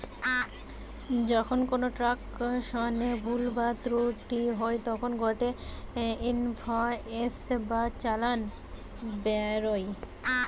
যখন কোনো ট্রান্সাকশনে ভুল বা ত্রুটি হই তখন গটে ইনভয়েস বা চালান বেরোয়